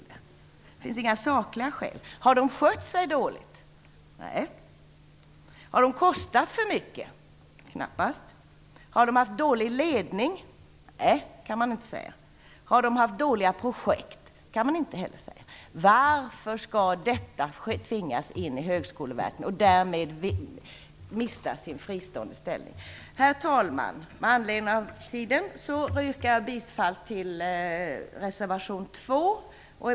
Det finns inga sakliga skäl. Har de skött sig dåligt? Nej. Har de kostat för mycket? Knappast. Har de haft dålig ledning? Nej, det kan man inte säga. Har de haft dåliga projekt? Nej, det kan man inte säga. Varför skall då Grundutbildningsrådet tvingas in i Högskoleverket och därmed mista sin fristående ställning? Herr talman! Med anledning av den knappa tiden nöjer jag mig med att yrka bifall till reservation 2.